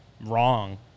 wrong